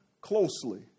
closely